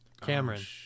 Cameron